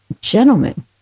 gentlemen